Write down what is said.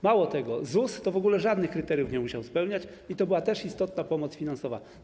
Mało tego, jeśli chodzi o ZUS, to w ogóle żadnych kryteriów nie musiał spełniać i to była też istotna pomoc finansowa.